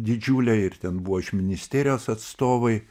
didžiulėj ir ten buvo iš ministerijos atstovai